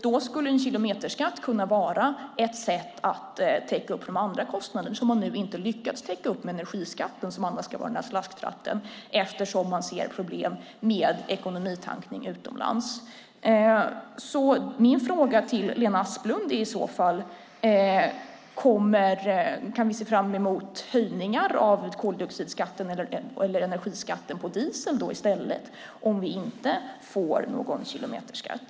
Då skulle en kilometerskatt kunna vara ett sätt att täcka upp för de andra kostnader man nu inte har lyckats täcka upp för med energiskatten, som annars ska vara en slasktratt. Man ser nämligen problem med ekonomitankning utomlands. Min fråga till Lena Asplund är i så fall: Kan vi se fram emot höjningar av koldioxidskatten eller energiskatten på diesel om vi inte får någon kilometerskatt?